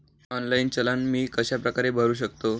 Online चलन मी कशाप्रकारे भरु शकतो?